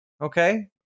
okay